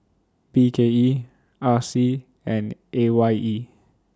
B K E R C and A Y E